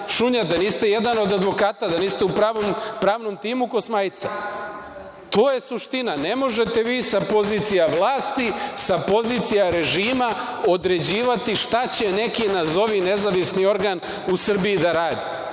Da niste jedan od advokata, da niste u pravnom timu Kosmajca? To je suština. Ne možete vi sa pozicija vlasti, sa pozicija režima određivati šta će neki. nazovi nezavisni organ u Srbiji da radi.